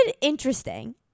interesting